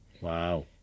Wow